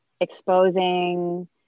exposing